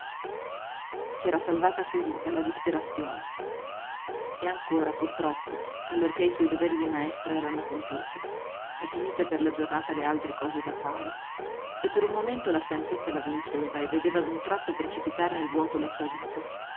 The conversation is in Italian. s'era salvata così dalla disperazione e ancora purtroppo allorché i suoi doveri di maestra erano compiuti e finite per la giornata le altre cose da fare se per un momento la stanchezza la vinceva e vedeva d'un tratto precipitar nel vuoto la sua vita